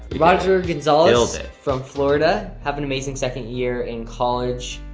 roger gonzalez nailed it. from florida, have an amazing second year in college,